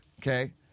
Okay